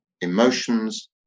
emotions